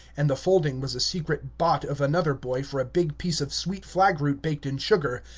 and the folding was a secret bought of another boy for a big piece of sweet flag-root baked in sugar,